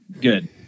Good